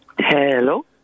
Hello